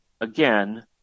again